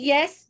Yes